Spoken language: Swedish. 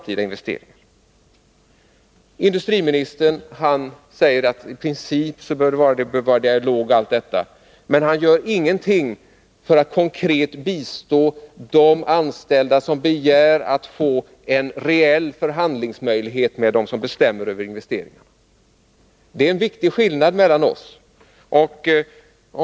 Industriministern säger att det i princip bör vara en dialog osv., men han gör ingenting för att konkret bistå de anställda som begär att få en reell möjlighet till förhandling med dem som bestämmer över investeringarna. Det är en viktig skillnad mellan oss.